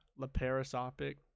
laparoscopic